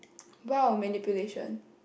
!wow! manipulation